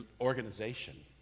organization